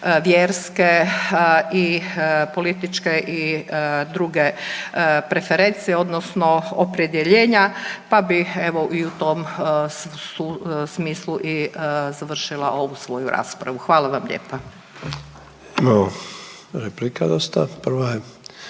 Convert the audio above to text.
vjerske i političke i druge preferencije, odnosno opredjeljenja pa bih evo i u tom smislu i završila ovu svoju raspravu. Hvala vam lijepa.